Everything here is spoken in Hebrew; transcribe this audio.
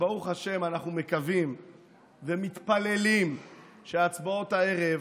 ברוך השם אנחנו מקווים ומתפללים שההצבעות הערב